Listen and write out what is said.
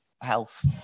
health